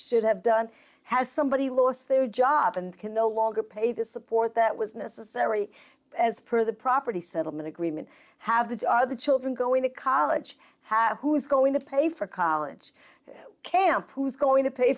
should have done has somebody lost their job and can no longer pay the support that was necessary as per the property settlement agreement have these are the children going to college have who's going to pay for college camp was going to pay